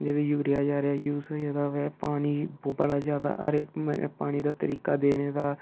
urea जारिया use होई दा होऐ पानी बड़ा ज्यादा हर इक पानी दा तरीका देने दा